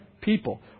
people